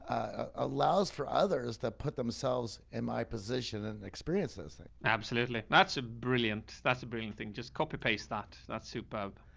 allows for others to put themselves in my position and experiences thing. absolutely not. so brilliant. that's a brilliant thing. just copy paste that. not super well.